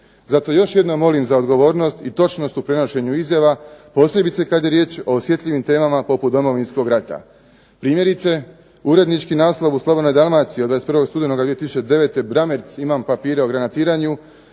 zato još jednom molim za odgovornost i točnost u prenošenju izjava, posebice kada je riječ o osjetljivim temama poput Domovinskog rata. Primjerice, urednički naslov u Slobodnoj Dalmaciji od 21. studenoga 2009. „Bramerc: imam papire o granatiranju“